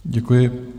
Děkuji.